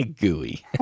gooey